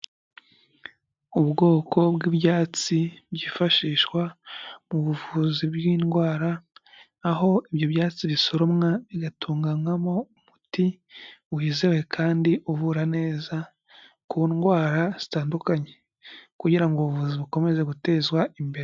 Ubwoko bw'ibyatsi byifashishwa mu buvuzi bw'indwara, aho ibyo byatsi bisoromwa bigatunganywamo umuti wizewe kandi uvura neza, ku ndwara zitandukanye, kugira ngo ubuvuzi bukomeze gutezwa imbere.